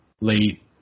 late